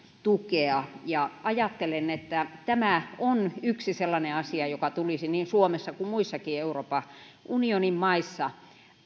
tukea ja ajattelen että tämä on yksi sellainen asia joka tulisi niin suomessa kuin muissakin euroopan unionin maissa